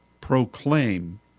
proclaim